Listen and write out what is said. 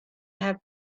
have